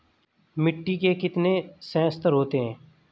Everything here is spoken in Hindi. मिट्टी के कितने संस्तर होते हैं?